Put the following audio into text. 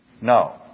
No